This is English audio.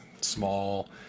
Small